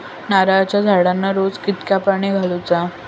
नारळाचा झाडांना रोज कितक्या पाणी घालुचा?